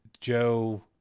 Joe